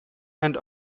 and